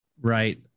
Right